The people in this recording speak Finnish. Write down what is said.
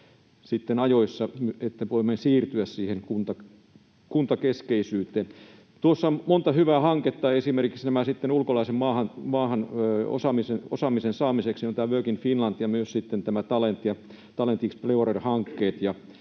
ajoissa, että voimme siirtyä siihen kuntakeskeisyyteen. Tuossa on monta hyvää hanketta, esimerkiksi nämä hankkeet ulkolaisen osaamisen maahan saamiseksi. On tämä Work in Finland ja myös sitten nämä Talent